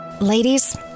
Ladies